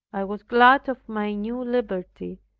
i was glad of my new liberty,